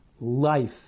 life